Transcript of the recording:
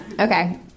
Okay